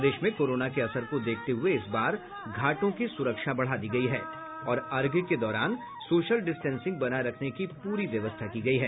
प्रदेश में कोरोना के असर को देखते हुए इस बार घाटों की सुरक्षा बढ़ा दी गयी है और अर्घ्य के दौरान सोशल डिस्टेंसिंग बनाये रखने की पूरी व्यवस्था की गयी है